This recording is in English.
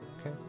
Okay